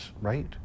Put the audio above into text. right